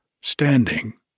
standing